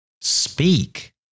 Speak